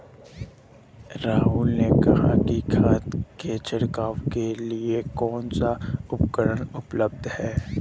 राहुल ने कहा कि खाद की छिड़काव के लिए कौन सा उपकरण उपलब्ध है?